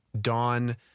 dawn